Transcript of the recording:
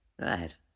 Right